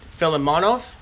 Filimonov